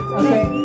okay